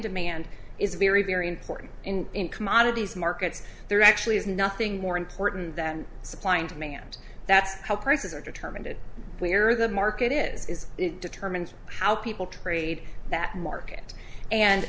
demand is very very important in commodities markets there actually is nothing more important than supply and demand that's how prices are determined it where the market is it determines how people trade that market and